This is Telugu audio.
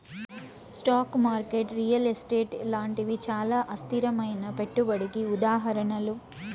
స్టాకు మార్కెట్ రియల్ ఎస్టేటు లాంటివి చానా అస్థిరమైనా పెట్టుబడికి ఉదాహరణలు